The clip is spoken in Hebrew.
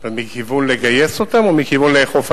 מכיוון לגייס אותם או מכיוון לאכוף עליהם?